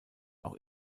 auch